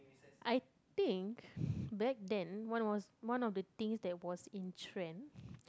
I think back then one was one of the thing that was in trend